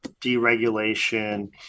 deregulation